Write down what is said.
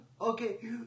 Okay